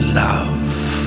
love